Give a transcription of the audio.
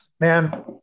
man